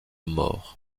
mort